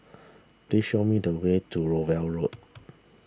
please show me the way to Rowell Road